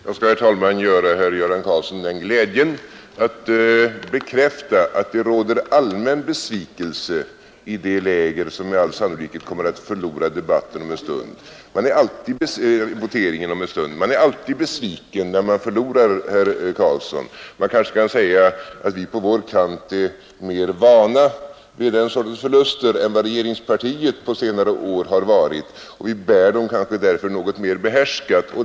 Herr talman! Jag skall göra herr Göran Karlsson i Huskvarna den glädjen att bekräfta att det råder allmän besvikelse i det läger som med all sannolikhet kommer att förlora voteringen om en stund. Man är alltid besviken när man förlorar, herr Karlsson. Det kanske kan sägas att vi på vår kant är mer vana vid den sortens förluster än vad regeringspartiet på senare år har varit, och vi bär dem kanske därför något mer behärskat.